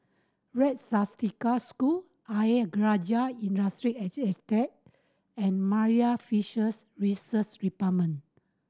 Red Swastika School Ayer Rajah Industrial Estate and Marine Fisheries Research Department